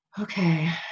okay